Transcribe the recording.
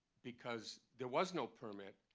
because there was no permit.